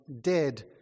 dead